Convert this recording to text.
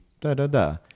da-da-da